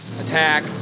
attack